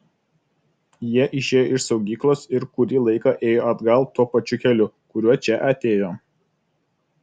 jie išėjo iš saugyklos ir kurį laiką ėjo atgal tuo pačiu keliu kuriuo čia atėjo